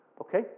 okay